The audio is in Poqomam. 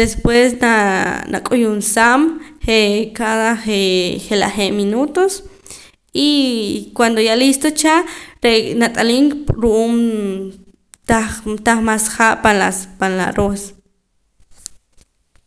después naa nak'uyunsaam jee' cada jee' je' la je' minutos y cuando ya listo cha re'nat'aliim ru'uum taj tah mas ha' pan la pan la aroos